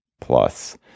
plus